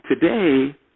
Today